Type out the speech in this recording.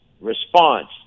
response